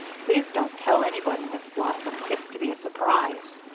please don't tell anybody, miss blossom it's to be a surprise.